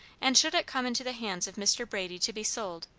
and should it come into the hands of mr. brady to be sold,